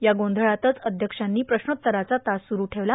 या गोंधळातच अध्यक्षांनी प्रश्नोत्तराचा तास सुरू ठेवला